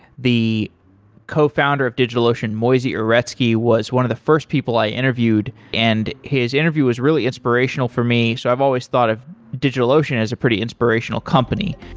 the cofounder of digitalocean, moisey uretsky, was one of the first people i interviewed, and his interview was really inspirational for me. so i've always thought of digitalocean as a pretty inspirational company.